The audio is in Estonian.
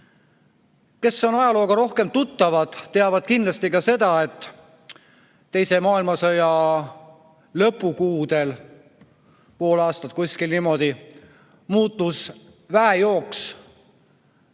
Kes on ajalooga rohkem tuttavad, teavad kindlasti seda, et teise maailmasõja lõpukuudel, pool aastat või nii, muutus väejooks